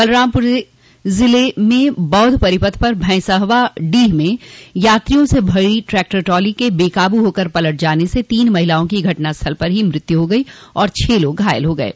बलरामपुर ज़िले में बौध परिपथ पर भैंसहवा डीह में यात्रियों से भरी ट्रैक्टर ट्राली के बेकाबू होकर पलट जाने से तीन महिलाओं की घटनास्थल पर ही मौत हो गई और छह लोग घायल हो गये